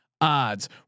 odds